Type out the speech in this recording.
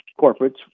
corporates